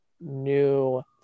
new